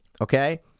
Okay